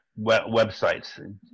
websites